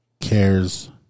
cares